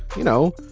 you know,